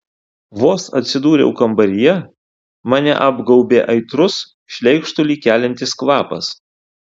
vos atsidūriau kambaryje mane apgaubė aitrus šleikštulį keliantis kvapas